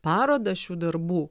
parodą šių darbų